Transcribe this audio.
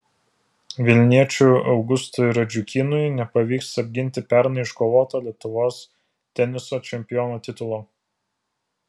vilniečiui augustui radžiukynui nepavyks apginti pernai iškovoto lietuvos teniso čempiono titulo